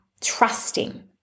trusting